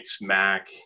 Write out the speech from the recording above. Mac